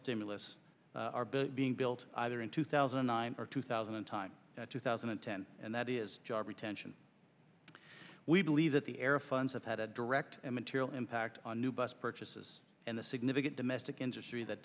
stimulus are being built either in two thousand and nine or two thousand and time two thousand and ten and that is job retention we believe that the air funds have had a direct and material impact on new bus purchases and the significant domestic industry that